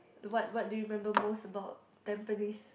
what what do you remember most about Tampines